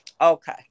Okay